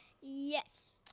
Yes